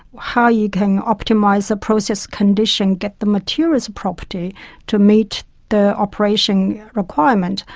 how you can optimise the process condition, get the materials property to meet the operation requirement.